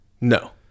No